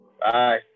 Bye